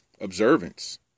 observance